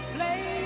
Play